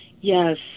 Yes